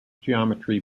geometry